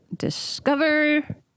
discover